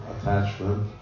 attachment